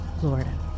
Florida